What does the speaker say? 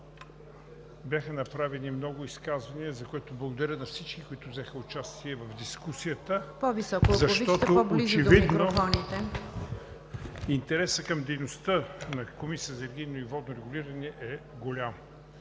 Бяха направени много изказвания, за което благодаря на всички, които взеха участие в дискусията. Очевидно интересът към дейността на Комисията за енергийно и водно регулиране е голям.